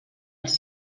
els